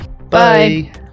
bye